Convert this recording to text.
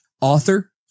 author